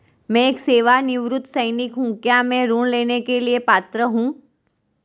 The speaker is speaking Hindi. मैं एक सेवानिवृत्त सैनिक हूँ क्या मैं ऋण लेने के लिए पात्र हूँ?